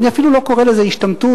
אני אפילו לא קורא לזה השתמטות,